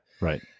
Right